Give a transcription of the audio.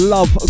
Love